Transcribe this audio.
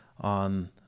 on